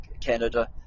Canada